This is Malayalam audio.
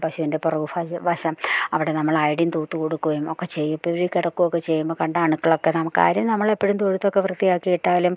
പശുവിൻ്റെ പുറക് വശം അവിടെ നമ്മൾ അയഡിൻ തൂത്ത് കൊടുക്കുകയും ഒക്കെ ചെയ്യിപ്പിച്ചവർ കിടക്കുകയൊക്കെ ചെയ്യുമ്പം കണ്ടണ്ക്കളൊക്ക നമുക്കാരും നമ്മളെപ്പോഴും തൊഴുത്തൊക്കെ വൃത്തിയാക്കി ഇട്ടാലും